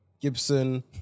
Gibson